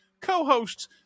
co-hosts